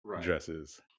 dresses